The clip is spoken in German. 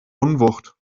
unwucht